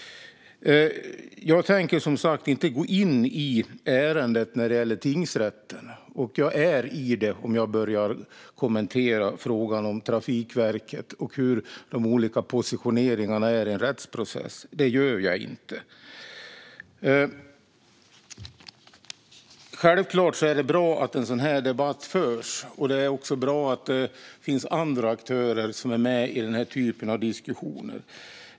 Jag tänker som sagt inte gå in i ärendet när det gäller tingsrätten, och jag går in i det om jag börjar kommentera frågan om Trafikverket och de olika positioneringarna i en rättsprocess. Det gör jag därför inte. Självklart är det bra att en sådan här debatt förs, och det är också bra att det finns andra aktörer som är med i den här typen av diskussioner.